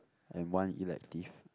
and one elective